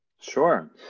Sure